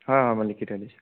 হয় হয় মই লিখি থৈ দিছোঁ